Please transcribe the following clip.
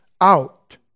out